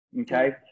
okay